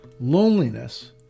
Loneliness